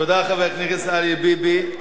תודה, חבר הכנסת אריה ביבי.